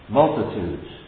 multitudes